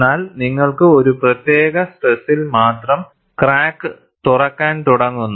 എന്നാൽ നിങ്ങൾക്ക് ഒരു പ്രത്യേക സ്ട്രെസ്സിൽ മാത്രം ക്രാക്ക് തുറക്കാൻ തുടങ്ങുന്നു